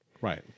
Right